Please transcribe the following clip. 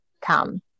come